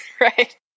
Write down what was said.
Right